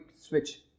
switch